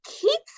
keep